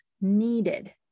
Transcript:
needed